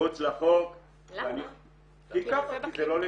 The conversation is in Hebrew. אני חושב שפרוצדורה כירורגית היא פרוצדורה כירורגית